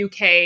UK